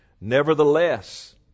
nevertheless